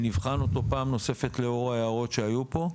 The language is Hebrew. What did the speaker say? ונבחן אותו פעם נוספת לאור ההערות שעלו פה.